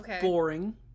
boring